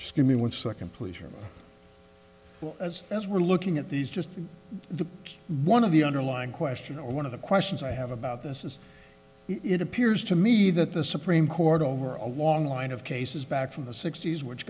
skip me one second please here as as we're looking at these just the one of the underlying question or one of the questions i have about this is it appears to me that the supreme court over a long line of cases back from the sixty's which